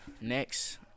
Next